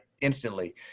instantly